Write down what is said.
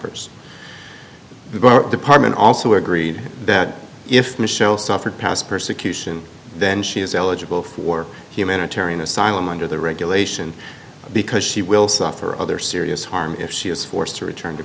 bar department also agreed that if michelle suffered past persecution then she is eligible for humanitarian asylum under the regulation because she will suffer other serious harm if she is forced to return to